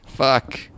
fuck